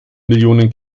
millionen